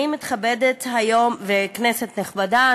כנסת נכבדה,